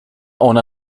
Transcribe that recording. ona